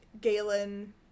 Galen